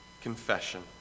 Confession